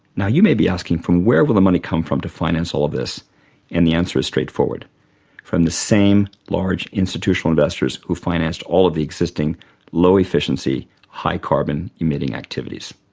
now you may be asking from where will the money come from to finance all of this and the answer is straightforward from the same large institutional investors who financed all of the existing low efficiency high carbon emitting activities.